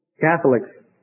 Catholics